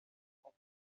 grand